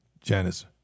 Janice